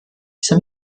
dieser